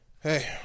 hey